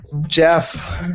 Jeff